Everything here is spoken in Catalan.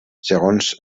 segons